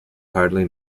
hardly